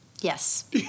Yes